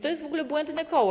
To jest w ogóle błędne koło.